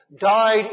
died